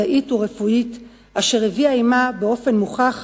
מדעית ורפואית אשר הביאה עמה באופן מוכח